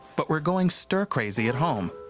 but we're going stir crazy at home.